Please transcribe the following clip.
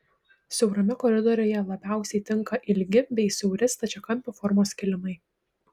siaurame koridoriuje labiausiai tinka ilgi bei siauri stačiakampio formos kilimai